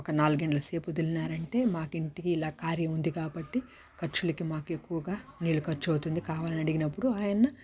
ఒక నాలుగు గంటల సేపు వదిలినారంటే మాకి ఇంటికి ఇలా కార్యం ఉంది కాబట్టి ఖర్చులకి మాకి ఎక్కువగా నీళ్ళు ఖర్చు అవుతుంది కావాలి అని అడిగినప్పుడు ఆయన